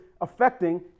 affecting